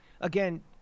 again